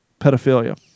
pedophilia